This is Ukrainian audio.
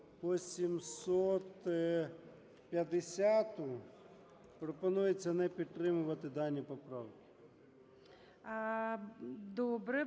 по 750-у. Пропонується не підтримувати дані поправки.